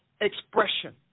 expression